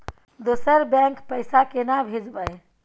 दोसर बैंक पैसा केना भेजबै?